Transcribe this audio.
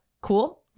cool